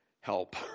help